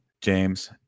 James